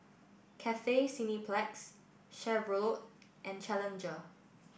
Cathay Cineplex Chevrolet and Challenger